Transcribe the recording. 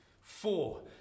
four